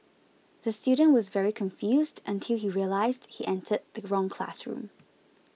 the student was very confused until he realised he entered the wrong classroom